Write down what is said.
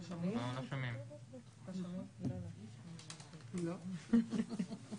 ללא תקן כליאה אין שחרור מינהלי בכלל.